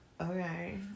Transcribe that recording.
Okay